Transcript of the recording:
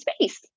space